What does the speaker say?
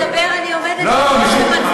כשאתה מדבר אני עומדת דום ומצדיעה לך.